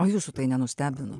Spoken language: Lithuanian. o jūsų tai nenustebino